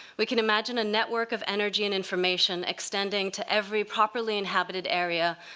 we can imagine a network of energy and information extending to every properly inhabited area,